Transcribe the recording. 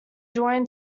join